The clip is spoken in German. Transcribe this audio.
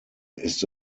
ist